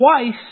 Twice